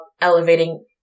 elevating